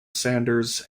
sanders